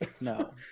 no